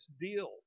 deal